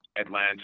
Atlanta